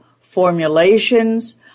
formulations